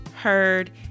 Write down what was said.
heard